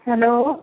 hello